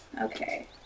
Okay